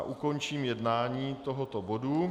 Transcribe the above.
Ukončím jednání o tomto bodu.